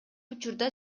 учурда